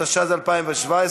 התשע"ז 2017,